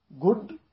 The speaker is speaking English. Good